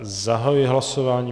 Zahajuji hlasování.